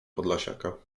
podlasiaka